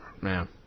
Man